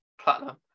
platinum